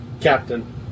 Captain